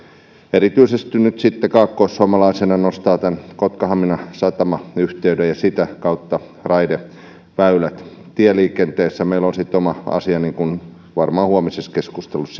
erityisesti nyt sitten kaakkoissuomalaisena nostaa tämän kotka hamina satamayhteyden ja sitä kautta raideväylät tieliikenteessä meillä on sitten oma asia ja varmaan huomisessa keskustelussa